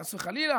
חס וחלילה